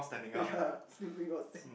ya sleeping while stand